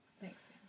Thanks